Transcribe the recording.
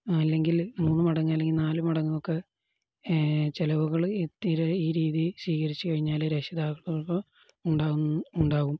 അല്ലെങ്കിൽ മൂന്നു മടങ്ങ് അല്ലെങ്കിൽ നാലു മടങ്ങൊക്കെ ചെലവുകള് ഈ രീതി സ്വീകരിച്ചുകഴിഞ്ഞാല് രക്ഷിതാക്കള്ക്ക് ഉണ്ടാകും